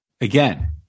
Again